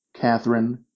Catherine